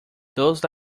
those